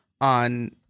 on